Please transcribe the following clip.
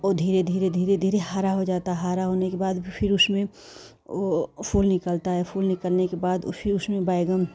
वह धीरे धीरे धीरे धीरे हरा हो जाता हरा होने के बाद फ़िर उसमें फूल निकलता है फूल निकलने के बाद उसी उसमें बैंगन